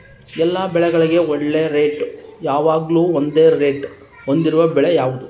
ಎಲ್ಲ ಬೆಳೆಗಳಿಗೆ ಒಳ್ಳೆ ರೇಟ್ ಯಾವಾಗ್ಲೂ ಒಂದೇ ರೇಟ್ ಹೊಂದಿರುವ ಬೆಳೆ ಯಾವುದು?